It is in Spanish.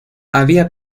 había